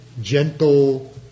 gentle